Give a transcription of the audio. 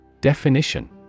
Definition